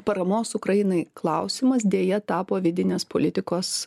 paramos ukrainai klausimas deja tapo vidinės politikos